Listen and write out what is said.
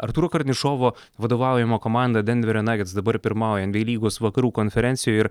artūro karnišovo vadovaujama komanda denverio nagets dabar pirmauja enbyei lygos vakarų konferencijoj ir